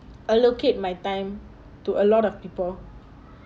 allocate my time to a lot of people